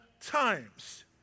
times